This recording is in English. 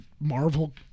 Marvel